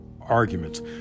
arguments